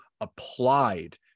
applied